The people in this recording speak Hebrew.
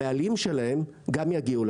הבעלים שלהן גם יגיעו לכאן.